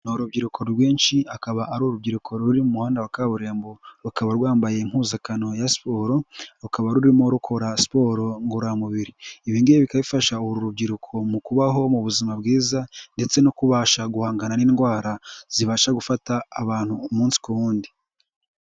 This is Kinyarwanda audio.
Ni urubyiruko rwinshi akaba ari urubyiruko ruri muhanda wa kaburimbo rukaba rwambaye impuzankano ya siporo rukaba rurimo rukora siporo ngororamubiri, ibi ngibi bikaba bifasha uru rubyiruko mu kubaho mu buzima bwiza ndetse no kubasha guhangana n'indwara zibasha gufata abantu umunsi ku wundi.